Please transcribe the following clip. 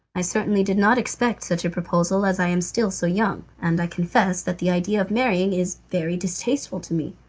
i certainly did not expect such a proposal as i am still so young, and i confess that the idea of marrying is very distasteful to me.